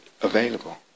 available